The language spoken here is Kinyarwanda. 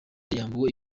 yambuwe